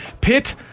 Pit